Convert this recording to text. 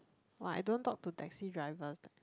!wah! I don't talk to taxi drivers leh